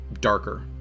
darker